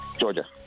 Georgia